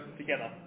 together